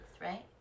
right